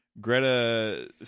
Greta